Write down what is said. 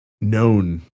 known